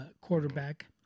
quarterback